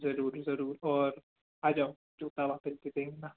जरूर ज़रूर और आ जाओ जूता वापस भी दे देना